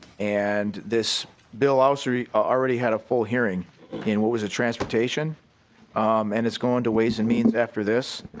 and this bill also already had a full hearing in what was a transportation um and it's going to ways and means after this.